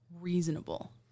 reasonable